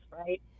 right